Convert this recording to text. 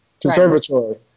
conservatory